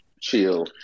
Chill